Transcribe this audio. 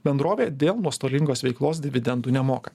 bendrovė dėl nuostolingos veiklos dividendų nemoka